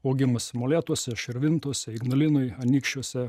augimas molėtuose širvintose ignalinoj anykščiuose